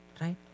Right